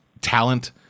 talent